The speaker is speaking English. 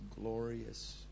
glorious